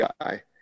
guy